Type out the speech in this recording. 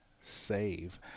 save